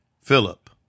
Philip